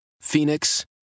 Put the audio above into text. Phoenix